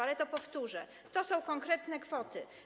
Ale powtórzę, to są konkretne kwoty.